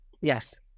Yes